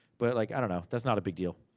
but, like i don't know, that's not a big deal.